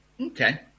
Okay